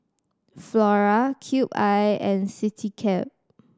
Flora Cube I and Citycab